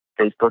Facebook